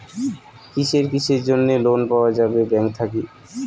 কিসের কিসের জন্যে লোন পাওয়া যাবে ব্যাংক থাকি?